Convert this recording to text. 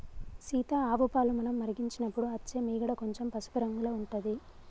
సీత ఆవు పాలు మనం మరిగించినపుడు అచ్చే మీగడ కొంచెం పసుపు రంగుల ఉంటది